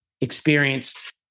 experienced